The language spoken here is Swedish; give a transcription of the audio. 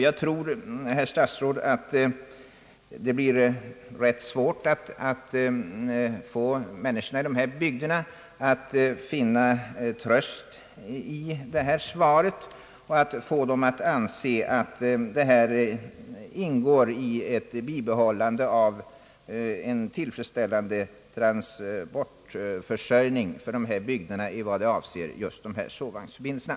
Jag tror, herr statsråd, att det blir rätt svårt att få människorna i dessa bygder att finna tröst i svaret på min fråga och få dem att anse att åtgärden ingår i ett bibehållande av en tillfredsställande transportförsörjning för dessa bygder i vad avser sovvagnsförbindelserna.